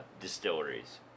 distilleries